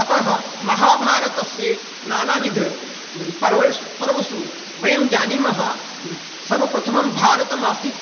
अतः महाभारतस्य नानाविध पर्व पर्वसु वयं जानीमः सर्वप्रथमं भारतम् आसीत्